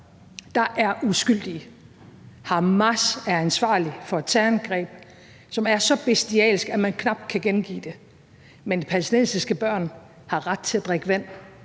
der er uskyldige. Hamas er ansvarlig for et terrorangreb, som er så bestialsk, at man knap kan gengive det. Men de palæstinensiske børn har ret til at drikke vand,